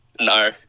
No